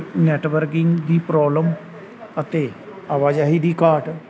networking ਦੀ problem ਅਤੇ ਆਵਾਜਾਈ ਦੀ ਘਾਟ